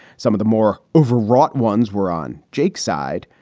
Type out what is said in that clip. some of the more overwrought ones were on jake's side.